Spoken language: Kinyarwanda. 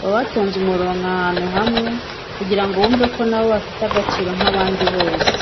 baba batonze ahantu hamwe kugira ngo bumve ko na bo bafite agaciro nk'abandi bose.